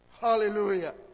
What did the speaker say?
Hallelujah